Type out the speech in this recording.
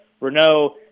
Renault